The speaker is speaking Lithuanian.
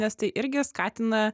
nes tai irgi skatina